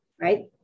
right